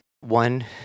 one